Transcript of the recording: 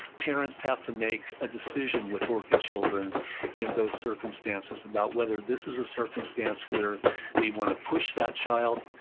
parents have to make a decision with orchid children in those circumstances about whether this is a circumstance where we want to push that child,